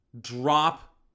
drop